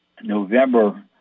November